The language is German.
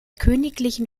königlichen